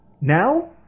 Now